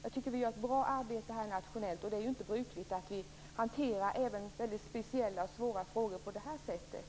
Jag tycker att vi gör ett bra arbete nationellt, och det är ju inte brukligt att vi hanterar ens väldigt speciella och svåra frågor på det här sättet.